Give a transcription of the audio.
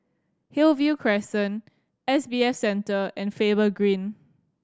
Hillview Crescent S B A Centre and Faber Green